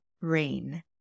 Rain